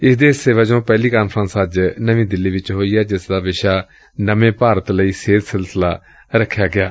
ਇਸ ਦੇ ਹਿੱਸੇ ਵਜੋਂ ਪਹਿਲੀ ਕਾਨਫਰੰਸ ਅੱਜ ਨਵੀਂ ਦਿੱਲੀ ਚ ਹੋ ਰਹੀ ਏ ਜਿਸ ਦਾ ਵਿਸ਼ਾ ਨਵੇਂ ਭਾਰਤ ਲਈ ਸਿਹਤ ਸਿਲਸਿਲਾ ਰਖਿਆ ਗਿਐ